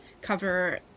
cover